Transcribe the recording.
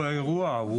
הוא באירוע.